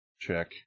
Check